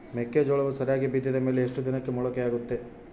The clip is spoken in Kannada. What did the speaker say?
ಮೆಕ್ಕೆಜೋಳವು ಸರಿಯಾಗಿ ಬಿತ್ತಿದ ಮೇಲೆ ಎಷ್ಟು ದಿನಕ್ಕೆ ಮೊಳಕೆಯಾಗುತ್ತೆ?